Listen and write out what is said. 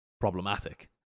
problematic